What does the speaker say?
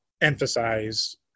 emphasize